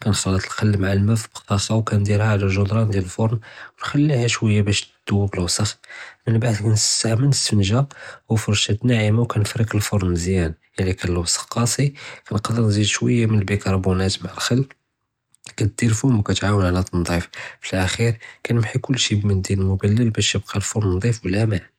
קַנְחַלַּט הַחַל מְעַ אל-מַא פִּבְּחַאחָה וְקַנְדִירְהָ עַלַ אֶל-גְּדְרַאן דְיַאל אל-פָּרַן וְנְחַלִיהָ שְׁוַיָה בַּאש תְּדוּב אֶל-וּסְכּ, מִן בְּעְד קַנְסְתַעְמֵל סְפַנְג'ה וּפַרְשָׁה נַעְמָה וְקַנְפַרְק אל-פָּרַן מְזְיָאן, אִלַא קָאן אֶל-וּסְכּ קַאסִי קַנְקְדֵר נְזִיד שְׁוַיָה מִן אל-בֵּיקַרְבּוֹנַאת מְעַ הַחַל, קַתְדִירְהֶם וְקַתְעַאוּד עַלַ אֶל-תְּנְזִיף, פַּל-אַחִיר קַנְמְחִי כֻּלְשִי בִּמְנְדִיל מְבַלָּל בַּאש יִבְקָא אל-פָּרַן נְצִיף וּלָאמַע.